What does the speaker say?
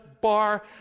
bar